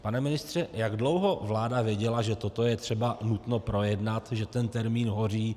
Pane ministře, jak dlouho vláda věděla, že toto je třeba nutno projednat, že ten termín hoří?